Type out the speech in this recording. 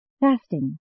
fasting